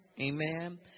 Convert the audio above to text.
Amen